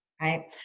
right